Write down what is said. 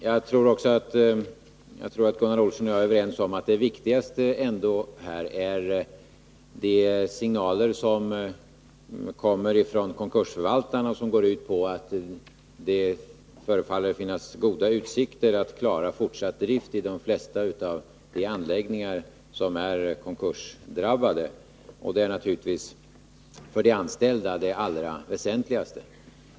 Jag tror att Gunnar Olsson och jag är överens om att det viktigaste här är de signaler som kommer från konkursförvaltaren och som går ut på att det förefaller finnas goda utsikter att klara fortsatt drift vid de flesta av de anläggningar som är konkursdrabbade. Det är naturligtvis det allra väsentligaste för de anställda.